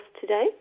today